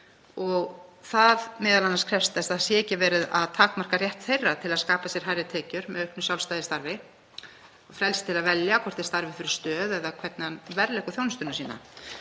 og það krefst þess m.a. að ekki sé verið að takmarka rétt þeirra til að skapa sér hærri tekjur með auknu sjálfstæði í starfi og frelsi til að velja hvort þeir starfi fyrir stöð eða hvernig þeir verðleggja þjónustu sína.